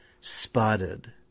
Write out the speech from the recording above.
spotted